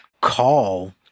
call